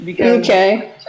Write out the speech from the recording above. Okay